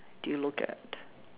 do you look at